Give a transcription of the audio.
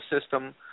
system